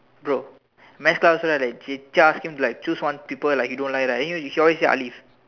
bro math class right that teacher ask him choose one people like you don't like right then he always say alive